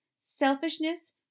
selfishness